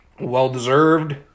Well-deserved